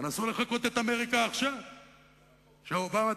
אף פעם לא היה